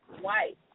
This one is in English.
white